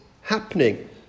happening